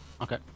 Okay